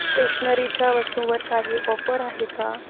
स्टेशनरीच्या वस्तूंवर काही ऑफर आहे का